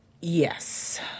Yes